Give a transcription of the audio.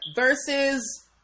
versus